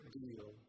deal